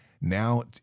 Now